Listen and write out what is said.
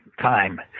time